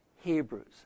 Hebrews